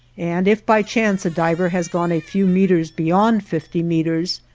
and if by chance a diver has gone a few meters beyond fifty meters,